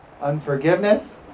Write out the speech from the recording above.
unforgiveness